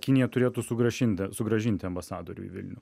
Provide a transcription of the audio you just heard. kinija turėtų sugrąžinti sugrąžinti ambasadorių į vilnių